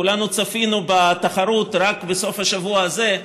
כולנו צפינו בתחרות רק בסוף השבוע הזה,